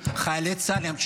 חיילי צה"ל קדושים.